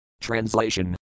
Translation